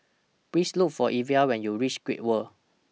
Please Look For Evia when YOU REACH Great World